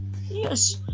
Yes